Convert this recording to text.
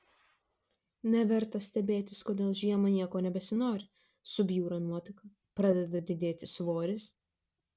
neverta stebėtis kodėl žiemą nieko nebesinori subjūra nuotaika pradeda didėti svoris